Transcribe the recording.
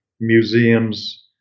museums